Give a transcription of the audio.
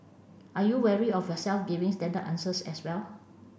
are you wary of yourself giving standard answers as well